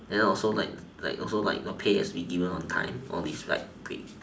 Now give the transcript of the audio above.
then also like like also like your pay has to be given on time all this slight thing